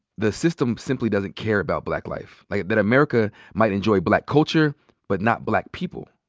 the system simply doesn't care about black life, like that america might enjoy black culture but not black people.